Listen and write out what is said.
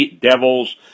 devils